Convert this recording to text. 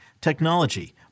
technology